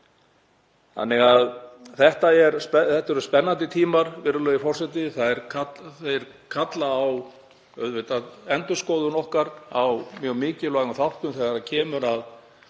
okkur. Þetta eru spennandi tímar, virðulegi forseti. Þeir kalla auðvitað á endurskoðun okkar á mjög mikilvægum þáttum þegar kemur að